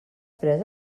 pres